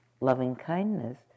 loving-kindness